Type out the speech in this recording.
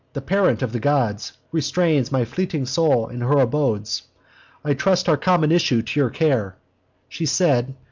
the parent of the gods restrains my fleeting soul in her abodes i trust our common issue to your care she said,